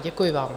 Děkuji vám.